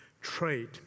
trade